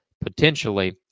potentially